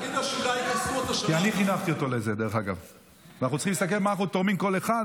חברת הכנסת אורית פרקש הכהן,